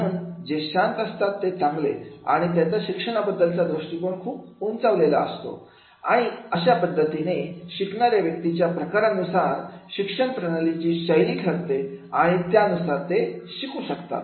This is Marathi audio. म्हणून जे शांत असतात ते चांगले आणि त्यांचा शिक्षणाबद्दलचा दृष्टिकोन खूप उंचावलेला असतो आणि अशा अशा पद्धतीने शिकणाऱ्या व्यक्तीच्या प्रकारानुसार शिक्षण प्रणालीची शैली ठरवली जाते आणि त्यानुसार ते शिकू शकतात